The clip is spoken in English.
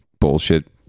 bullshit